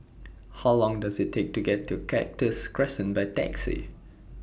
How Long Does IT Take to get to Cactus Crescent By Taxi